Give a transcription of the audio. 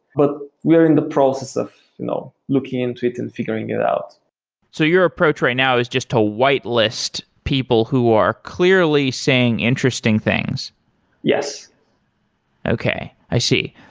but we're in the process of you know looking into it and figuring it out so your approach right now is just to whitelist people who are clearly saying interesting things yes okay. i see.